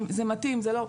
זה מתאים או לא.